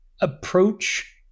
approach